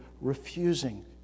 refusing